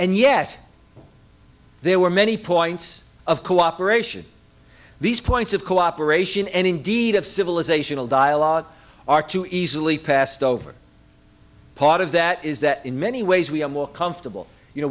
and yet there were many points of cooperation these points of cooperation and indeed of civilizational dialogue are too easily passed over part of that is that in many ways we are more comfortable you know